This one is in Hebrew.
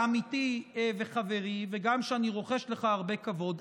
עמיתי וחברי וגם שאני רוחש לך הרבה כבוד,